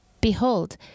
Behold